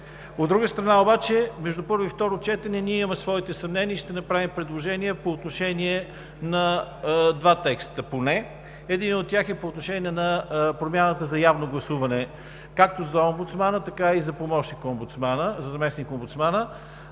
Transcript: От друга страна обаче, между първо и второ четене ние имаме своите съмнения и ще направим предложения по отношение поне на два текста. Единият от тях е по отношение на промяната за явно гласуване както за омбудсмана, така и за заместник-омбудсмана.